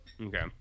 Okay